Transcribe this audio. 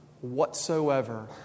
whatsoever